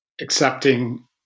accepting